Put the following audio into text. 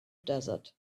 desert